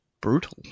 brutal